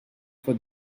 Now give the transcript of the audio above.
for